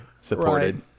supported